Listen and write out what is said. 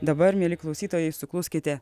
dabar mieli klausytojai sukluskite